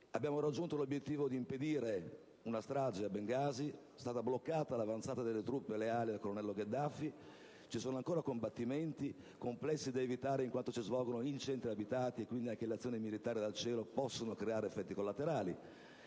Abbiamo raggiunto l'obiettivo di impedire una strage a Bengasi; è stata bloccata l'avanzata delle truppe leali al colonnello Gheddafi; ci sono ancora combattimenti complessi da evitare, in quanto si svolgono in centri abitati, dove le azioni militari dal cielo possono creare effetti collaterali.